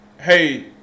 hey